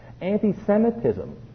anti-Semitism